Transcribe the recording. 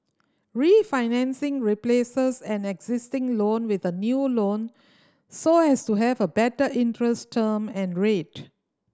refinancing replaces an existing loan with a new loan so as to have a better interest term and rate